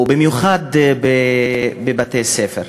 במיוחד בבתי-הספר.